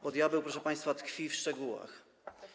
Bo diabeł, proszę państwa, tkwi w szczegółach.